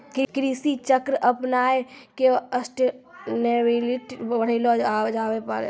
कृषि चक्र अपनाय क सस्टेनेबिलिटी बढ़ैलो जाबे पारै छै